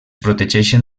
protegeixen